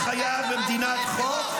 למה לתת במה לתומך טרור?